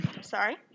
Sorry